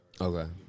Okay